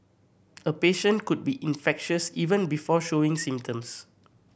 a patient could be infectious even before showing symptoms